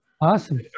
Awesome